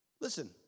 Listen